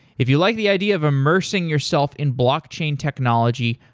if you like the idea of immersing yourself in block chain technology,